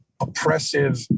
oppressive